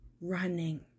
running